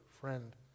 friend